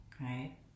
Right